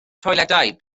toiledau